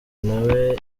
nawe